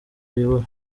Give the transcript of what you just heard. ayobora